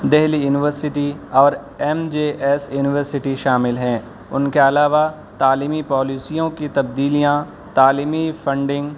Delhi university اور M J S university شامل ہیں ان کے علاوہ تعلیمی پالیسیوں کی تبدیلیاں تعلیمی فنڈنگ